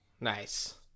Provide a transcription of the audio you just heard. Nice